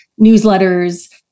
newsletters